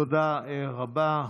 תודה רבה.